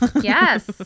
Yes